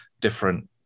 different